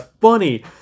funny